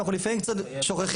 אנחנו לפעמים קצת שוכחים,